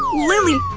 lily?